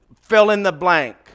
fill-in-the-blank